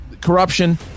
corruption